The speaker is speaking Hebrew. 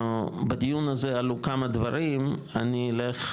בדיון הזה עלו כמה דברים, אני אלך